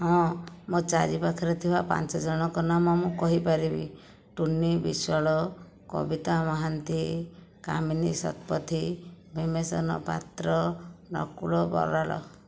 ହଁ ମୋ ଚାରି ପାଖରେ ଥିବା ପାଞ୍ଚ ଜଣଙ୍କ ନାମ ମୁଁ କହିପାରିବି ଟୁନି ବିଶ୍ଵାଳ କବିତା ମହାନ୍ତି କାମିନୀ ଶତପଥୀ ଭୀମସେନ ପାତ୍ର ନକୁଳ ବରାଳ